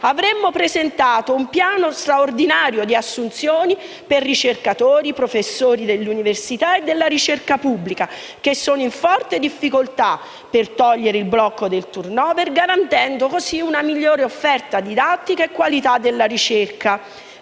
Avremmo presentato un piano straordinario di assunzioni per ricercatori e professori dell'università e della ricerca pubblica che sono in forte difficoltà, per togliere il blocco del *turnover*, garantendo così una migliore offerta didattica e qualità della ricerca.